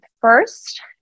first